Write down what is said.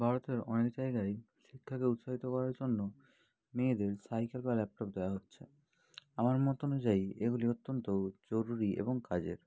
ভারতের অনেক জায়গায় শিক্ষাকে উৎসাহিত করার জন্য মেয়েদের সাইকেল বা ল্যাপটপ দেওয়া হচ্ছে আমার মত অনুযায়ী এগুলি অত্যন্ত জরুরি এবং কাজের